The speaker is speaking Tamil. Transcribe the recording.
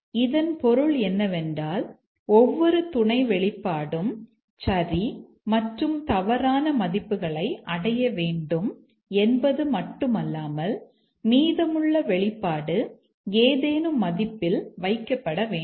இதன் பொருள் என்னவென்றால் ஒவ்வொரு துணை வெளிப்பாடும் சரி மற்றும் தவறான மதிப்புகளை அடைய வேண்டும் என்பது மட்டுமல்லாமல் மீதமுள்ள வெளிப்பாடு ஏதேனும் மதிப்பில் வைக்கப்பட வேண்டும்